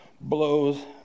blows